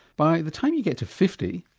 by the time you get to fifty,